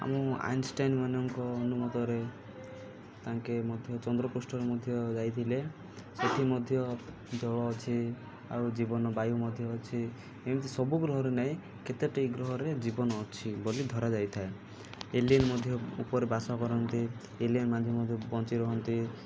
ଆମ ଆଇନଷ୍ଟାଇନ ମାନଙ୍କ ଅନୁମତରେ ତାଙ୍କେ ମଧ୍ୟ ଚନ୍ଦ୍ରପୃଷ୍ଠରେ ମଧ୍ୟ ଯାଇଥିଲେ ସେଠି ମଧ୍ୟ ଜଳ ଅଛି ଆଉ ଜୀବନ ବାୟୁ ମଧ୍ୟ ଅଛି ଏମିତି ସବୁ ଗ୍ରହରେ ନାହିଁ କେତୋଟି ଗ୍ରହରେ ଜୀବନ ଅଛି ବୋଲି ଧରାଯାଇଥାଏ ଏଲିଏନ ମଧ୍ୟ ଉପରେ ବାସ କରନ୍ତି ଏଲିଏନ ମାନେ ମଧ୍ୟ ବଞ୍ଚି ରହନ୍ତି